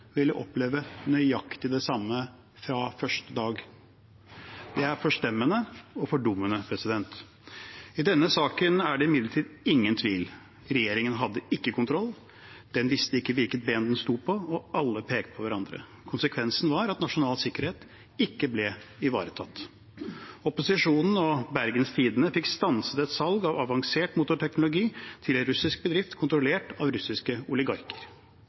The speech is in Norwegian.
oppleve nøyaktig det samme fra første dag. Det er forstemmende og fordummende. I denne saken er det imidlertid ingen tvil: Regjeringen hadde ikke kontroll, den visste ikke hvilket ben den stod på, og alle pekte på hverandre. Konsekvensen var at nasjonal sikkerhet ikke ble ivaretatt. Opposisjonen og Bergens Tidende fikk stanset et salg av avansert motorteknologi til en russisk bedrift kontrollert av russiske oligarker.